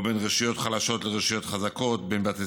או בין רשויות חלשות לרשויות חזקות,